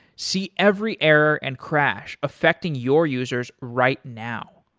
see every error and crash affecting your users right now.